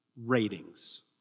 ratings